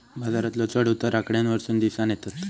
बाजारातलो चढ उतार आकड्यांवरसून दिसानं येतत